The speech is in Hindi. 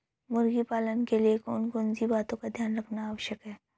मुर्गी पालन के लिए कौन कौन सी बातों का ध्यान रखना आवश्यक है?